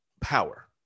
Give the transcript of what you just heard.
power